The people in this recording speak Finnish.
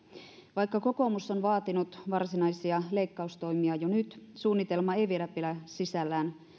vaikka kokoomus on vaatinut varsinaisia leikkaustoimia jo nyt suunnitelma ei vielä pidä sisällään